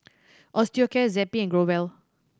Osteocare Zappy and Growell